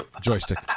Joystick